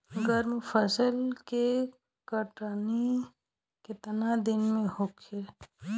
गर्मा फसल के कटनी केतना दिन में होखे?